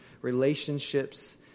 relationships